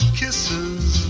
kisses